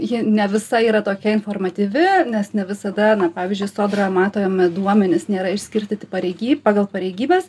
ji ne visa yra tokia informatyvi nes ne visada na pavyzdžiui sodra matomi duomenys nėra išskirtyti pareigy pagal pareigybes